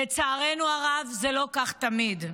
לצערנו הרב, זה לא תמיד כך.